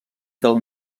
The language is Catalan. del